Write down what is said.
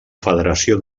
federació